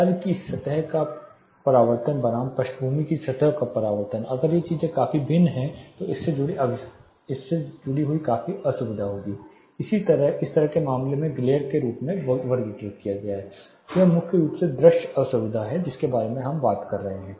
कार्य की सतह का प्रतिबिंब बनाम पृष्ठभूमि की सतहों का प्रतिबिंब अगर ये चीजें काफी भिन्न हैं तो इससे जुड़ी असुविधा होगी इस तरह को इस मामले में ग्लेर के रूप में वर्गीकृत किया गया है यह मुख्य रूप से दृश्य असुविधा है जिसके बारे में हम बात कर रहे हैं